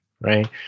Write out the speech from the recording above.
right